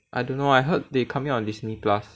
I don't know I heard they coming out on Disney Plus